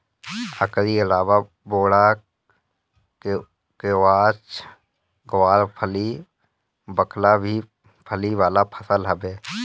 एकरी अलावा बोड़ा, केवाछ, गावरफली, बकला भी फली वाला फसल हवे